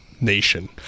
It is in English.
nation